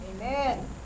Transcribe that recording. Amen